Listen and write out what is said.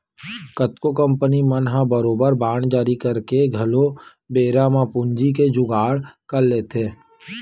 कतको कंपनी मन ह बरोबर बांड जारी करके घलो बेरा म पूंजी के जुगाड़ कर लेथे